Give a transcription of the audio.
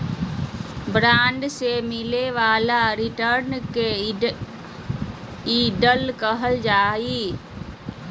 bond से मिलय वाला रिटर्न के यील्ड कहल जा हइ